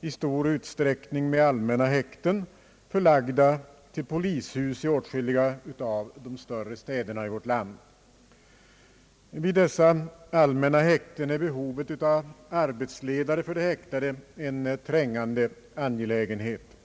i stor utsträckning med allmänna häkten, förlagda till polishus i åtskilliga av de större städerna i vårt land. Vid dessa allmänna häkten är behovet av arbetsledare för de häktade en trängande angelägenhet.